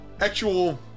actual